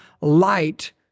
light